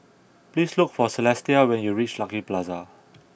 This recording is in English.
please look for Celestia when you reach Lucky Plaza